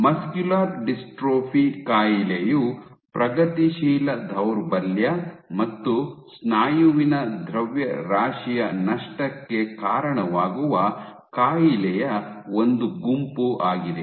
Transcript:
muscular dystrophy ಕಾಯಿಲೆಯು ಪ್ರಗತಿಶೀಲ ದೌರ್ಬಲ್ಯ ಮತ್ತು ಸ್ನಾಯುವಿನ ದ್ರವ್ಯರಾಶಿಯ ನಷ್ಟಕ್ಕೆ ಕಾರಣವಾಗುವ ಕಾಯಿಲೆಯ ಒಂದು ಗುಂಪು ಆಗಿದೆ